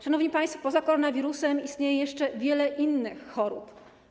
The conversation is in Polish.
Szanowni państwo, poza koronawirusem istnieje jeszcze wiele innych chorób.